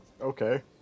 Okay